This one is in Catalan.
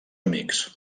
amics